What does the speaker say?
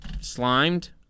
slimed